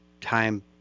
time